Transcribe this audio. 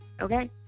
Okay